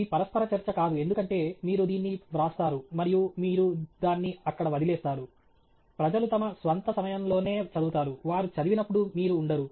ఇది పరస్పర చర్చ కాదు ఎందుకంటే మీరు దీన్ని వ్రాస్తారు మరియు మీరు దాన్ని అక్కడ వదిలేస్తారు ప్రజలు తమ స్వంత సమయంలోనే చదువుతారు వారు చదివినప్పుడు మీరు ఉండరు